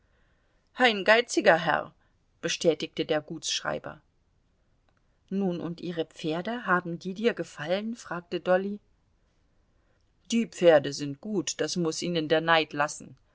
ein geiziger herr bestätigte der gutsschreiber nun und ihre pferde haben dir die gefallen fragte dolly die pferde sind gut das muß ihnen der neid lassen